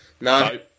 No